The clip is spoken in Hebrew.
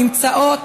נמצאות,